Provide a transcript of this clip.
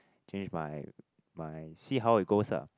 change my my see how it goes lah